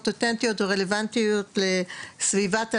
אותנטיות ורלוונטיות לסביבת הלומד.